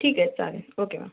ठीक आहे चालेल ओके मॅम